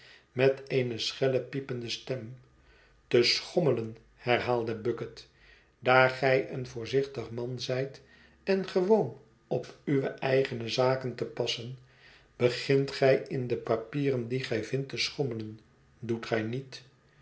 met eene schelle piepende stem te schommelen herhaalde bucket daar gij een voorzichtig man zijt en gewoon op uwe eigene zaken te passen begint gij in de papieren die gij vindt te schommelen doet gij niet